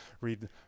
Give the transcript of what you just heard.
read